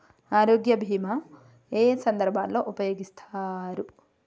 ఆరోగ్య బీమా ఏ ఏ సందర్భంలో ఉపయోగిస్తారు?